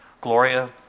Gloria